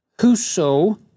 whoso